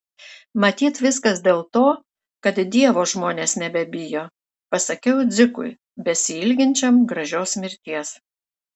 matyt viskas dėl to kad dievo žmonės nebebijo pasakiau dzikui besiilginčiam gražios mirties